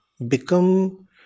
become